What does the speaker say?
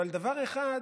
אבל דבר אחד,